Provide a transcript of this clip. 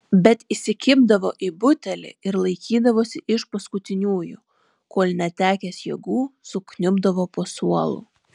bet įsikibdavo į butelį ir laikydavosi iš paskutiniųjų kol netekęs jėgų sukniubdavo po suolu